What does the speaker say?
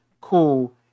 cool